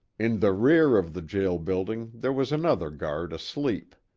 in the rear of the jail building there was another guard asleep.